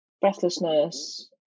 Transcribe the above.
breathlessness